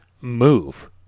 move